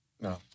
No